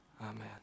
Amen